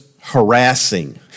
harassing